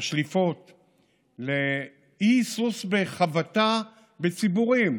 לשליפות, לאי-היסוס בחבטה בציבורים.